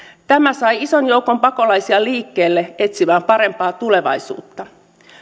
tämä sai ison joukon pakolaisia liikkeelle etsimään parempaa tulevaisuutta